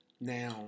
Now